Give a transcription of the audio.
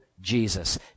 Jesus